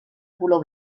color